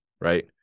right